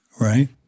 right